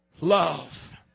love